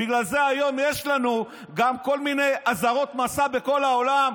בגלל זה היום יש לנו גם כל מיני אזהרות מסע בכל העולם.